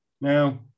Now